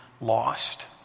lost